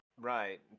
Right